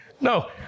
no